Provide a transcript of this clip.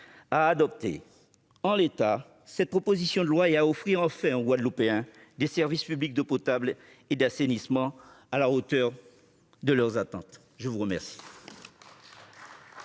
à adopter en l'état cette proposition de loi, pour offrir enfin aux Guadeloupéens des services publics d'eau potable et d'assainissement à la hauteur de leurs attentes ! La parole